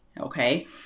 Okay